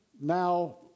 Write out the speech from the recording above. now